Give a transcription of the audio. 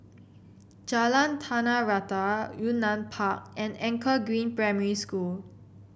Jalan Tanah Rata Yunnan Park and Anchor Green Primary School